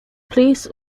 police